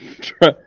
Try